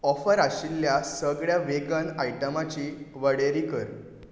offer आशिल्ल्या सगळ्या vegan आयटमची वळेरी कर